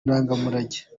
ndangamurage